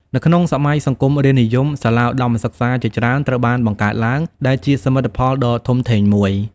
នៅក្នុងសម័យសង្គមរាស្រ្តនិយម សាលាឧត្ដមសិក្សាជាច្រើនត្រូវបានបង្កើតឡើង ដែលជាសមិទ្ធផលដ៏ធំធេងមួយ។